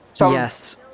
Yes